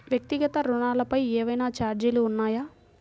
వ్యక్తిగత ఋణాలపై ఏవైనా ఛార్జీలు ఉన్నాయా?